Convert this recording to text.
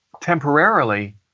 temporarily